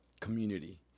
community